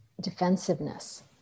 defensiveness